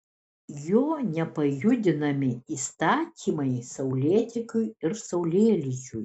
jo nepajudinami įstatymai saulėtekiui ir saulėlydžiui